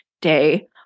day